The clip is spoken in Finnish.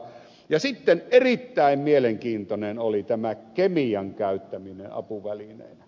ja sitten erittäin mielenkiintoinen oli tämä kemian käyttäminen apuvälineenä